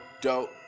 dope